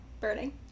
burning